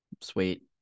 Sweet